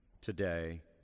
today